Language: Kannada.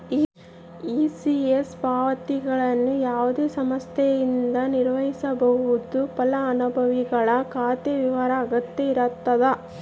ಇ.ಸಿ.ಎಸ್ ಪಾವತಿಗಳನ್ನು ಯಾವುದೇ ಸಂಸ್ಥೆಯಿಂದ ನಿರ್ವಹಿಸ್ಬೋದು ಫಲಾನುಭವಿಗಳ ಖಾತೆಯ ವಿವರ ಅಗತ್ಯ ಇರತದ